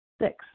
Six